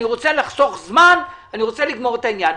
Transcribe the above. אני רוצה לחסוך זמן ואני רוצה לגמור את העניין.